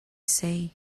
say